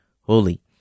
holy